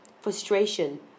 frustration